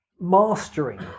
mastering